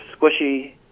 squishy